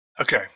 Okay